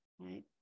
right